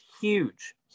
huge